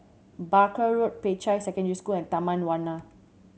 Barker Road Peicai Secondary School and Taman Warna